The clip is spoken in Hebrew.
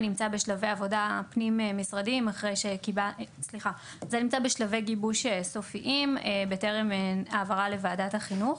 נמצא בשלבי עבודה גיבוש סופיים בטרם ההעברה לוועדת החינוך.